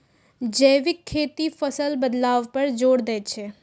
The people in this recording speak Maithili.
जैविक खेती फसल बदलाव पर जोर दै छै